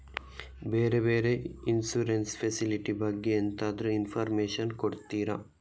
ಬೇರೆ ಬೇರೆ insurance facility ಬಗ್ಗೆ ನನಗೆ ಎಂತಾದ್ರೂ ಇನ್ಫೋರ್ಮೇಷನ್ ಕೊಡ್ತೀರಾ?